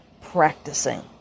practicing